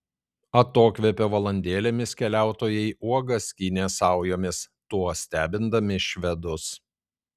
atokvėpio valandėlėmis keliautojai uogas skynė saujomis tuo stebindami švedus